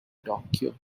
tokyo